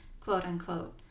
quote-unquote